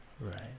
Right